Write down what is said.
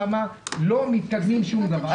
לא מתקדמים לשום כיוון.